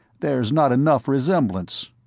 there's not enough resemblance.